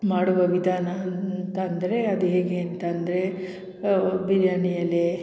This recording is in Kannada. ಮಾಡುವ ವಿಧಾನ ಅಂತಂದ್ರೆ ಅದು ಹೇಗೆ ಅಂ ಅಂದ್ರೆ ಬಿರಿಯಾನಿ ಎಲೆ